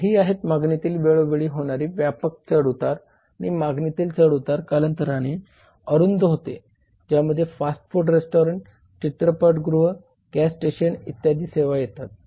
तर ही आहे मागणीतील वेळोवेळी होणारी व्यापक चढ उतार आणि मागणीत चढउतार कालांतराने अरुंद होते ज्यामध्ये फास्ट फूड रेस्टॉरंट चित्रपटगृह गॅस स्टेशन इत्यादी सेवा येतात